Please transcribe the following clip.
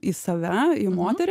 į save į moterį